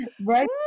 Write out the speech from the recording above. Right